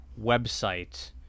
website